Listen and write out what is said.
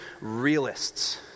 realists